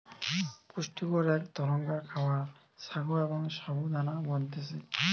পুষ্টিকর এক ধরণকার খাবার সাগো বা সাবু দানা বলতিছে